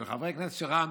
של חברי כנסת של רע"מ,